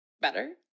better